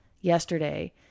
yesterday